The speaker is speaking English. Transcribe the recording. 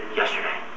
yesterday